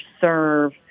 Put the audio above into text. serve